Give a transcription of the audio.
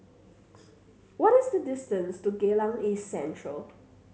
what is the distance to Geylang East Central